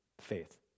faith